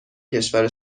کشور